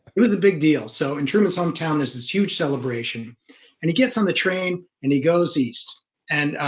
was a big deal. so in truman's hometown, there's this huge celebration and he gets on the train and he goes east and